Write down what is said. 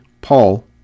Paul